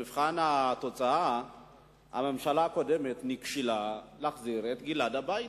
במבחן התוצאה הממשלה הקודמת נכשלה בהחזרת גלעד הביתה.